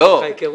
שנעשה לך היכרות?